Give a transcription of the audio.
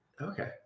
Okay